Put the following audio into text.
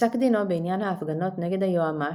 בפסק דינו בעניין ההפגנות נגד היועמ"ש,